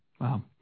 Wow